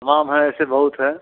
तमाम हैं ऐसे बहुत हैं